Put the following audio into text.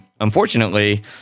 unfortunately